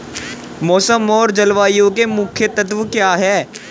मौसम और जलवायु के मुख्य तत्व क्या हैं?